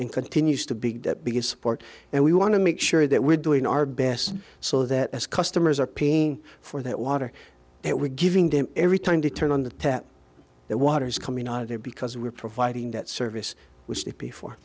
and continues to be the biggest support and we want to make sure that we're doing our best so that as customers are paying for that water that we're giving them every time to turn on the tap that water's coming out of there because we're providing that service was that before